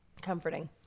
comforting